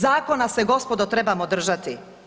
Zakona se gospodo trebamo držati.